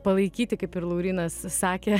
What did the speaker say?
palaikyti kaip ir laurynas sakė